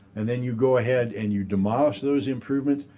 and then you go ahead and you demolish those improvements,